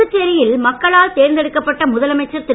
புதுச்சேரியில் மக்களால் தேர்ந்தெடுக்கப்பட்ட முதலமைச்சர் திரு